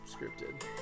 scripted